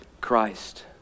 Christ